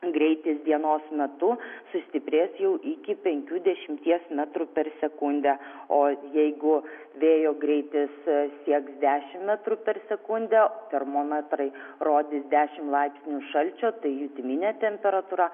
greitis dienos metu sustiprės jau iki penkių dešimties metrų per sekundę o jeigu vėjo greitis sieks dešim metrų per sekundę termometrai rodys dešim laipsnių šalčio tai jutiminė temperatūra